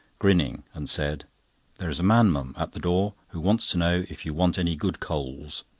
grinning, and said there is a man, mum, at the door who wants to know if you want any good coals.